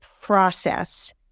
process